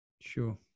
Sure